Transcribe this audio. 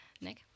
Nick